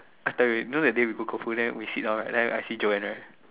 I tell you you know that day we go Koufu then we sit down right then I saw Joanna